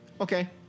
Okay